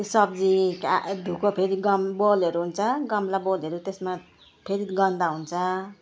त्यो सब्जी कहाँ धोएको फेरि गम बोलहरू हुन्छ गमला बोलहरू त्यसमा फेरि गन्ध हुन्छ